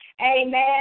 amen